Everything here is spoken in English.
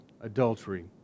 adultery